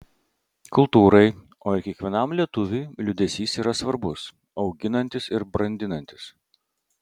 kultūrai o ir kiekvienam lietuviui liūdesys yra svarbus auginantis ir brandinantis